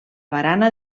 barana